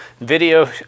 video